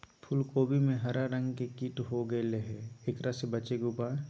फूल कोबी में हरा रंग के कीट हो गेलै हैं, एकरा से बचे के उपाय?